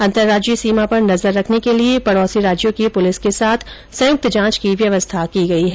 अन्तर्राज्यीय सीमा पर नजर रखने के लिए पडोसी राज्यों की पुलिस के साथ संयुक्त जांच की व्यवस्था की गई है